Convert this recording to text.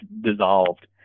dissolved